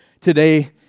today